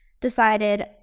decided